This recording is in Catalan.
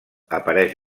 apareix